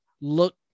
look